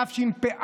התשפ"א